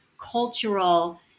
cultural